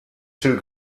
two